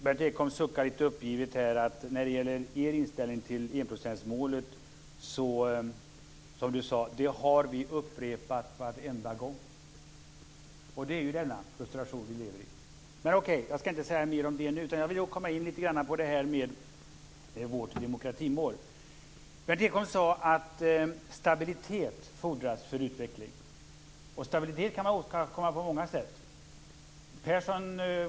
Berndt Ekholm suckar litet uppgivet här när det gäller inställningen till enprocentsmålet och säger att det har upprepats varenda gång - ja, det är den frustration som vi lever med. Men okej, jag skall inte säga mer om den saken nu. I stället skall jag litet grand gå in på vårt demokratimål. Berndt Ekholm sade att det för utveckling fordras stabilitet. Stabilitet kan åstadkommas på många sätt.